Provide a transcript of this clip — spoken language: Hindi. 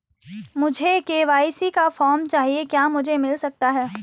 मुझे के.वाई.सी का फॉर्म चाहिए क्या मुझे मिल सकता है?